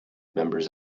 members